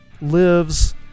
Lives